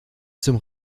zum